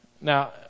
Now